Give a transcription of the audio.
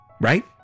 Right